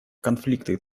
конфликты